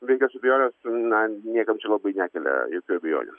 be jokios abejonės na niekam čia labai nekelia jokių abejonių